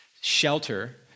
shelter